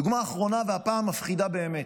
דוגמה אחרונה, והפעם מפחידה באמת: